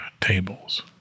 tables